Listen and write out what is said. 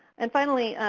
and finally,